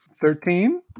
Thirteen